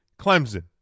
Clemson